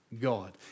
God